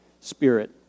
Spirit